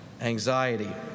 anxiety